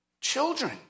Children